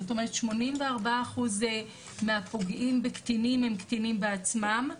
זאת אומרת 84% מהפוגעים בקטינים הם קטינים בעצמם.